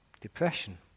Depression